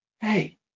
hey